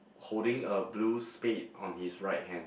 holding a blue spade on his right hand